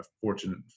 fortunate